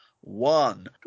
one